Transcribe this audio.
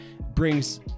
brings